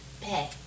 pay